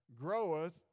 groweth